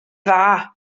dda